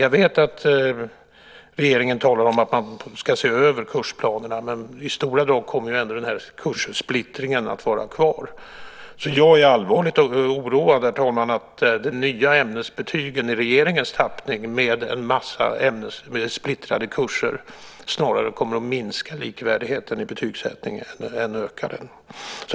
Jag vet att regeringen talar om att man ska se över kursplanerna, men i stora drag kommer ändå den här kurssplittringen att vara kvar. Jag är allvarligt oroad, herr talman, för att de nya ämnesbetygen i regeringens tappning med en massa splittrade kurser snarare kommer att minska likvärdigheten i betygssättningen än öka den.